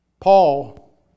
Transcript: Paul